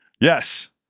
Yes